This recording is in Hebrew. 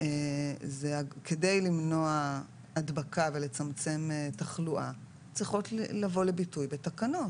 זה כדי למנוע הדבקה ולצמצם תחלואה צריכות לבוא לביטוי בתקנות.